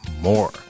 More